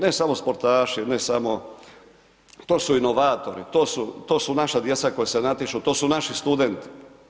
Ne samo sportaši, ne samo, to su inovatori, to su naša djeca koja se natječu, to su naši studenti.